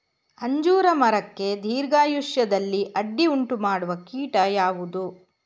ಅಂಜೂರ ಮರಕ್ಕೆ ದೀರ್ಘಾಯುಷ್ಯದಲ್ಲಿ ಅಡ್ಡಿ ಉಂಟು ಮಾಡುವ ಕೀಟ ಯಾವುದು?